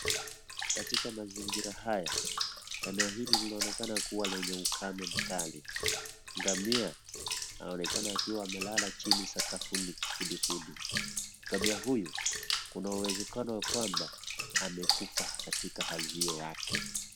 Katika mazingira haya, eneo hili linaonekana kuwa lenye ukame mkali, ngamia anaonekana akiwa amelala chini sakafuni kifudifudi, ngamia huyu, kuna uwezekano ya kwamba amekufa katika hali hiyo yake.